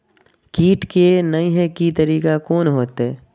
कीट के ने हे के तरीका कोन होते?